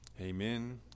Amen